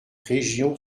région